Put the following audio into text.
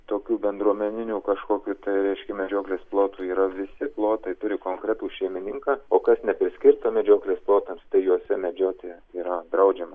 tokių bendruomeninių kažkokių tai reiškia medžioklės plotų yra visi plotai turi konkretų šeimininką o kas nepriskirta medžioklės plotams tai juose medžioti yra draudžiama